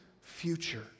future